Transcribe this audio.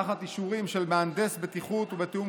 תחת אישורים של מהנדס בטיחות ובתיאום